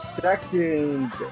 second